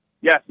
Yes